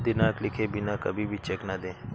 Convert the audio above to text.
दिनांक लिखे बिना कभी भी चेक न दें